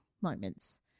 moments